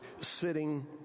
sitting